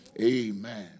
amen